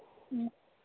ꯎꯝ